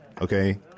okay